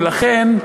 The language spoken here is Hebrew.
ולכן,